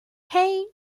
hey